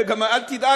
וגם אל תדאג,